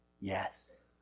Yes